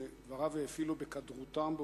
דבריו האפילו בקדרותם,